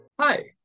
Hi